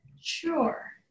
Sure